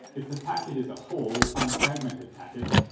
if the packet is a whole, unfragmented packet,